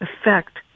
effect